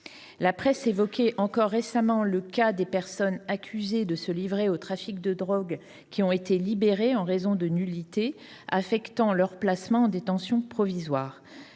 La presse évoquait, encore récemment, le cas de personnes accusées de se livrer au trafic de drogue qui ont été libérées en raison de nullités affectant leur placement en détention provisoire.